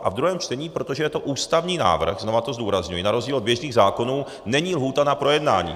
A ve druhém čtení, protože je to ústavní návrh, znovu to zdůrazňuji, na rozdíl od běžných zákonů není lhůta na projednání.